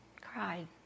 cried